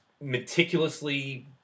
meticulously